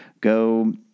Go